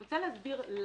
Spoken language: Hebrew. אני רוצה להסביר למה.